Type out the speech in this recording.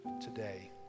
today